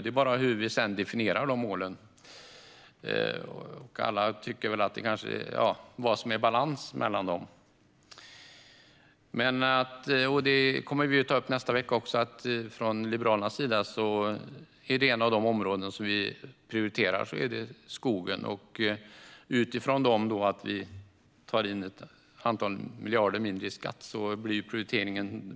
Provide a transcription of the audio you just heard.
Sedan handlar det om hur vi definierar målen och balansen mellan dem. Ett av de områden som Liberalerna prioriterar, och det kommer vi att ta upp i nästa vecka också, är skogen.